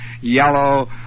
yellow